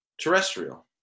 terrestrial